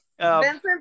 vincent